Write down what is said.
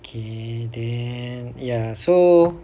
okay then ya so